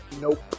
nope